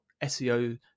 SEO